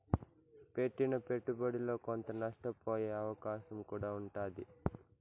పెట్టిన పెట్టుబడిలో కొంత నష్టపోయే అవకాశం కూడా ఉంటాది